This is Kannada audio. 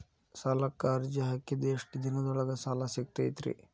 ಸಾಲಕ್ಕ ಅರ್ಜಿ ಹಾಕಿದ್ ಎಷ್ಟ ದಿನದೊಳಗ ಸಾಲ ಸಿಗತೈತ್ರಿ?